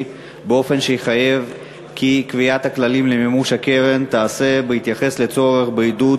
באופן שיחייב כי קביעת הכללים למימוש הקרן תיעשה בהתייחס לצורך בעידוד